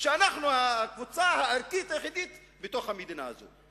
שאנחנו הקבוצה הערכית היחידה בתוך המדינה הזאת.